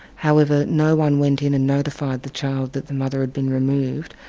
however, no-one went in and notified the child that the mother had been removed,